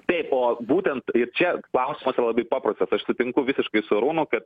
taip o būtent čia klausimas yra labai paprasta aš sutinku visiškai su arūnu kad